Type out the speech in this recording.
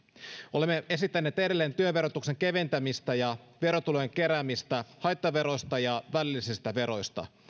olemme esittäneet edelleen työn verotuksen keventämistä ja verotulojen keräämistä haittaveroista ja välillisistä veroista